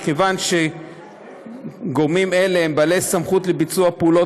מכיוון שגורמים אלה הם בעלי סמכות לביצוע פעולות